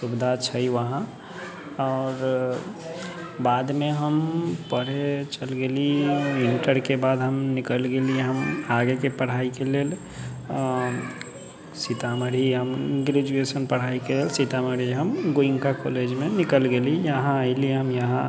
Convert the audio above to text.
सुविधा छै वहाँ आओर बादमे हम पढ़े चल गेली इण्टरके बाद हम निकल गेली आगेके पढ़ाइके लेल सीतामढ़ी ग्रेजुएशन पढ़ाइके लेल हम सीतामढ़ी हम गोएनका कॉलेजमे निकल गेली यहाँ ऐली हम यहाँ